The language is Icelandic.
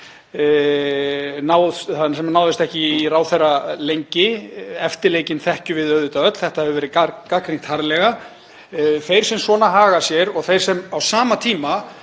ekki náðist í ráðherra lengi. Eftirleikinn þekkjum við auðvitað öll. Þetta hefur verið gagnrýnt harðlega. Þeir sem svona haga sér og þeir sem á sama tíma